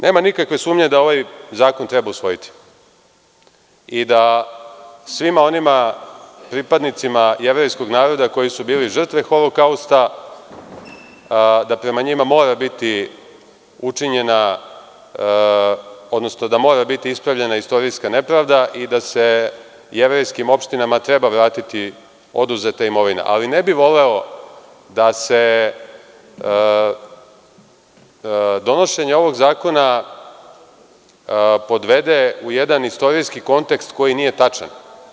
Nema nikakve sumnje da ovaj zakon treba usvojiti i da svim onim pripadnicima jevrejskog naroda koji su bili žrtve Holokausta, da prema njima mora biti ispravljena istorijska nepravda i da se jevrejskim opštinama treba vratiti oduzeta imovina, ali ne bih voleo da se donošenje ovog zakona podvede u jedan istorijski kontekst koji nije tačan.